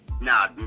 Nah